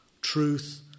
truth